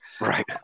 Right